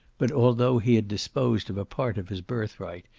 but although he had disposed of a part of his birthright,